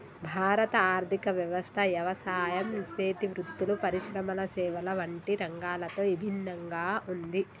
భారత ఆర్థిక వ్యవస్థ యవసాయం సేతి వృత్తులు, పరిశ్రమల సేవల వంటి రంగాలతో ఇభిన్నంగా ఉంది